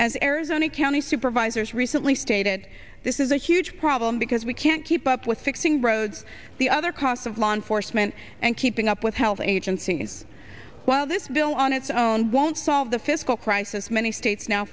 as arizona county supervisors recently stated this is a huge problem because we can't keep up with fixing roads the other costs of law enforcement and keeping up with health agencies while this bill on its own won't solve the fiscal crisis many states now